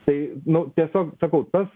tai nu tiesiog sakau tas